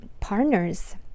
partners